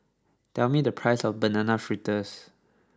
tell me the price of Banana Fritters